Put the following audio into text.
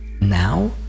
now